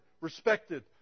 respected